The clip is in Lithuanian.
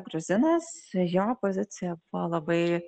gruzinas jo pozicija buvo labai